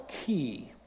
key